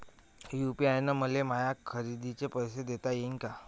UPI न मले माया खरेदीचे पैसे देता येईन का?